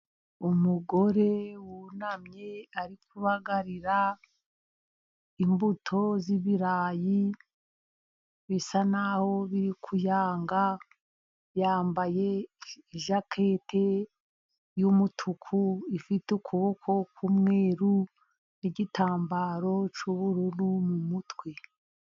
Umugore wunamye ari kubagarira imbuto z'ibirayi, bisa n'aho biri kuyanga, yambaye ijakete y'umutuku ifite ukuboko kumwe n'igitambaro cy'ubururu mu mutwe.